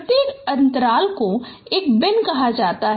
प्रत्येक अंतराल को एक बिन कहा जाता है